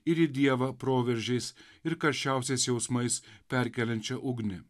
ir į dievą proveržiais ir karščiausiais jausmais perkeliančią ugnį